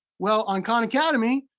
well, on khan academy,